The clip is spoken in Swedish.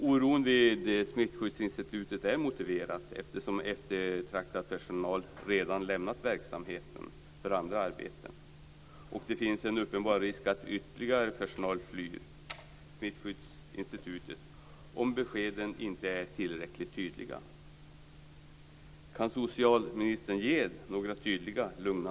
Oron vid Smittskyddsinstitutet är motiverad eftersom eftertraktad personal redan lämnat verksamheten för andra arbeten. Risken är uppenbar att ytterligare personal flyr Smittskyddsinstitutet om beskeden inte är tillräckligt tydliga.